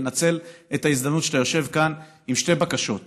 ולנצל את ההזדמנות שאתה יושב כאן לשתי בקשות.